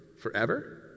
Forever